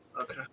Okay